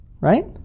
right